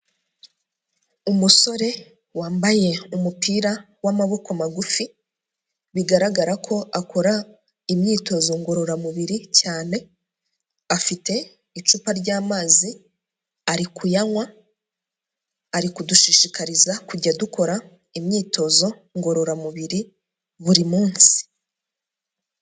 Umusore wambaye umupira w'amaboko magufi bigaragara ko akora imyitozo ngororamubiri cyane, afite icupa ry'amazi ari kuyanywa, ari kudushishikariza kujya dukora imyitozo ngororamubiri buri munsi.